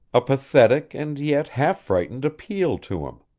a pathetic and yet half-frightened appeal to him.